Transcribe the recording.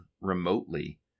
remotely